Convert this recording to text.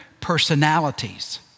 personalities